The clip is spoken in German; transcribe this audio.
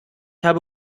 habe